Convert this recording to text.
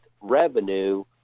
revenue